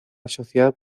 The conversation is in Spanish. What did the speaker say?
sociedad